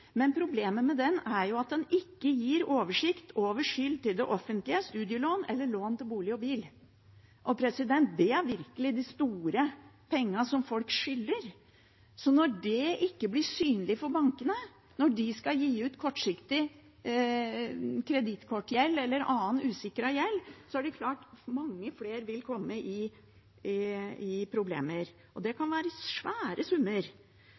men problemet med den er at den ikke gir oversikt over skyld til det offentlige, studielån eller lån til bolig og bil. Og det er virkelig de store pengene folk skylder. Så når det ikke blir synlig for bankene når de skal gi ut kortsiktig kredittkortgjeld eller annen usikret gjeld, er det klart at mange flere vil få problemer. Det kan bli svære summer